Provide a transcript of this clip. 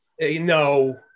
No